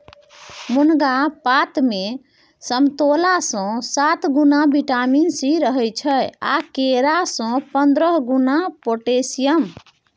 मुनगा पातमे समतोलासँ सात गुणा बिटामिन सी रहय छै आ केरा सँ पंद्रह गुणा पोटेशियम